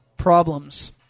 problems